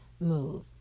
move